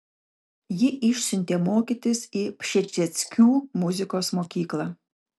jį išsiuntė mokytis į pšezdzieckių muzikos mokyklą